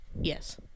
yes